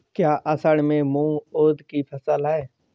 क्या असड़ में मूंग उर्द कि फसल है?